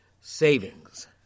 savings